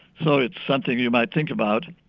so it's something you might think about.